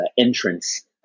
entrance